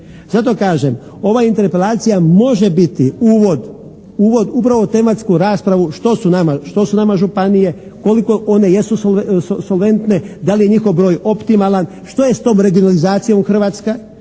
Zato kažem, ova interpelacija može biti uvod upravo u tematsku raspravu što su nama županije? Koliko one jesu solventne? Da li je njihov broj optimalan? Što je s tom regionalizacijom Hrvatska?